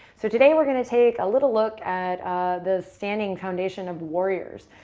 so today we're going to take a little look at the standing foundation of warriors.